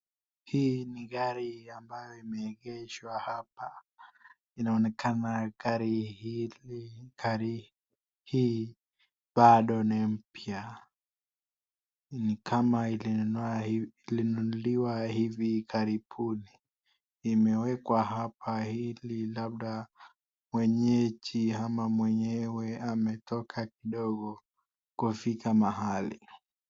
Hii ni gari ambayo yameegeshwa hapa. Inaonekana gari hili, gari hii bado ni mpya. Ni kama ilinunuliwa hivi karibuni. Imewekwa hapa ili labda mwenyeji ama mwenyewe ametoka kidogo kufika mahali.